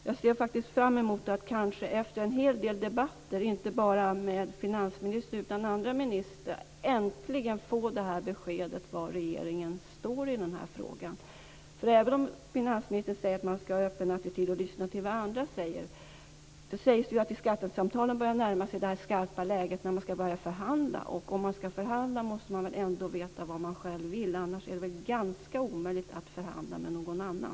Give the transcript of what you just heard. Jag ser fram emot att kanske faktiskt efter en hel del debatter, inte bara med finansministern utan också med andra ministrar, äntligen få ett besked om var regeringen står i den här frågan. För även om finansministern säger att man skall ha en öppen attityd och lyssna till vad andra säger sägs det ju att man i skattesamtalen börjar närma sig det skarpa läge där man skall börja förhandla. Och om man skall förhandla måste man väl ändå veta vad man själv vill? Annars är det ganska omöjligt att förhandla med någon annan.